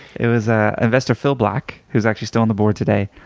it was ah investor phil black, who's actually still on the board today.